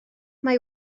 mae